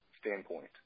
standpoint